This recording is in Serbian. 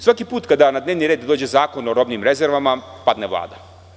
Svaki put kada na dnevni red dođe zakon o robnim rezervama, padne Vlada.